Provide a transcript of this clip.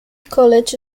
college